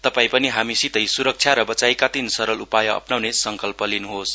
तपाई पनि हामीसितै स्रक्षा र वचाइका तीन सरल उपाय अप्नाउने संकल्प गर्नुहोस